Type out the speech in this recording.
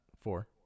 Four